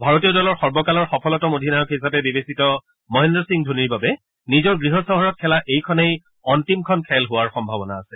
ভাৰতীয় দলৰ সৰ্বকালৰ সফলতম অধিনায়ক ৰূপে বিবেচিত মহেন্দ্ৰ সিং ধোনীৰ বাবে নিজৰ গৃহ চহৰত খেলা এইখনেই অন্তিমখন খেল হোৱাৰ সম্ভাৱনা আছে